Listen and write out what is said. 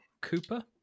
Cooper